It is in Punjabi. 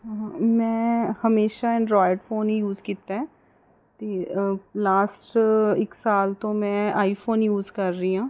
ਮੈਂ ਹਮੇਸ਼ਾਂ ਐਂਡਰੋਇਡ ਫੋਨ ਹੀ ਯੂਸ ਕੀਤਾ ਅਤੇ ਲਾਸਟ ਇੱਕ ਸਾਲ ਤੋਂ ਮੈਂ ਆਈਫੋਨ ਯੂਸ ਕਰ ਰਹੀ ਹਾਂ